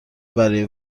برای